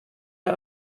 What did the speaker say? der